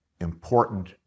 important